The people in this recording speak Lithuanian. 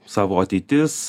savo ateitis